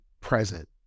present